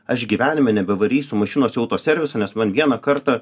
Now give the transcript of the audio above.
aš gyvenime nebevarysiu mašinos į autoservisą nes man vieną kartą